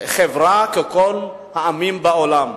חברה ככל העמים בעולם.